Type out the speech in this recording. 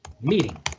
meeting